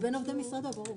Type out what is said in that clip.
מבין עובדי משרדו ברור.